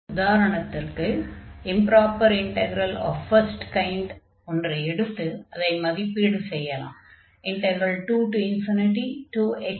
உதாரணத்திற்கு improper integral of first kind ஒன்றை எடுத்து அதை மதிப்பீடு செய்யலாம்